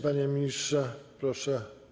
Panie ministrze, proszę.